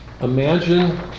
Imagine